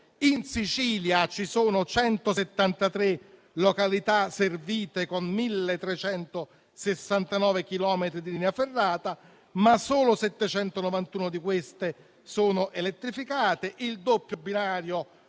in Sicilia ci sono 173 località servite con 1.369 chilometri di linea ferrata, ma solo 791 di queste sono elettrificate; il doppio binario